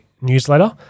newsletter